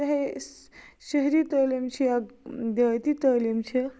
چاہے أسۍ شٔہری تعلیٖم چھِ یا دِہٲتی تعلیٖم چھِ